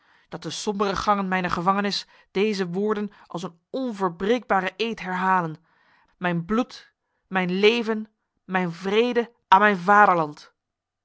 dat de sombere gangen mijner gevangenis deze woorden als een onverbreekbare eed herhalen mijn bloed mijn leven mijn vrede aan mijn vaderland